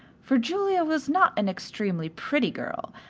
for julia was not an extremely pretty girl,